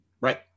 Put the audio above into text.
right